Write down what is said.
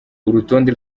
urutonde